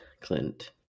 Clint